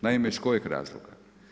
Naime, iz kojeg razloga?